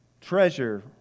treasure